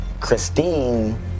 Christine